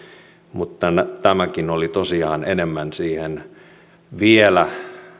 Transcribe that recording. mutta tämäkin oli tosiaan enemmän vielä